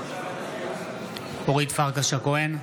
בעד אורית פרקש הכהן,